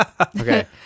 Okay